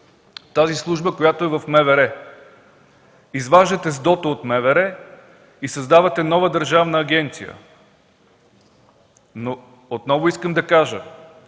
тази служба, която е в МВР. Изваждате СДОТО от МВР и създавате нова държавна агенция. Отново искам да кажа